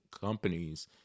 companies